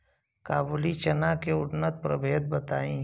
काबुली चना के उन्नत प्रभेद बताई?